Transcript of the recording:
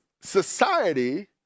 society